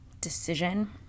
decision